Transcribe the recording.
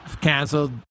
canceled